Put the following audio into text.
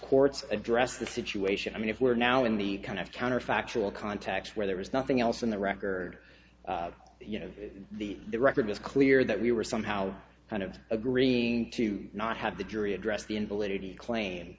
courts address the situation i mean if we're now in the kind of counterfactual context where there was nothing else in the record you know the record is clear that we were somehow kind of agreeing to not have the jury address the invalidity cla